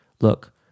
Look